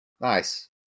Nice